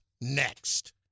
next